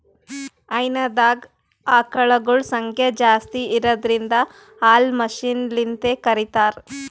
ಹೈನಾದಾಗ್ ಆಕಳಗೊಳ್ ಸಂಖ್ಯಾ ಜಾಸ್ತಿ ಇರದ್ರಿನ್ದ ಹಾಲ್ ಮಷಿನ್ಲಿಂತ್ ಕರಿತಾರ್